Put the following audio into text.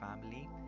family